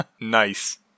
Nice